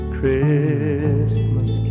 Christmas